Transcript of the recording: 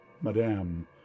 madame